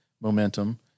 momentum